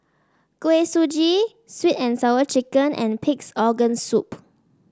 Kuih Suji Sweet and Sour Chicken and Pig's Organ Soup